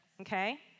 okay